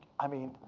i mean.